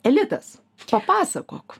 elitas papasakok